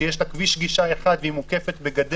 שיש לה כביש גישה אחד והיא מוקפת בגדר